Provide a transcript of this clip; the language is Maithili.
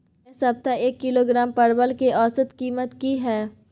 ऐ सप्ताह एक किलोग्राम परवल के औसत कीमत कि हय?